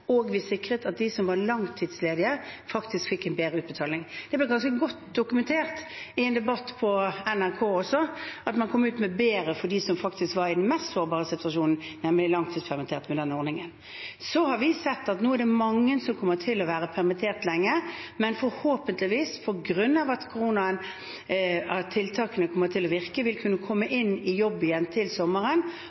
og vi sikret at de som var langtidsledige, faktisk fikk en bedre utbetaling. Det var ganske godt dokumentert i en debatt på NRK også at de som var i den mest sårbare situasjonen, nemlig de langtidspermitterte, faktisk kom bedre ut med den ordningen. Så har vi sett at nå er det mange som kommer til å være permittert lenge, men som forhåpentligvis, på grunn av at tiltakene kommer til å virke, vil kunne komme i jobb igjen til sommeren.